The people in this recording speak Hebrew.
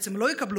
בעצם לא יקבלו,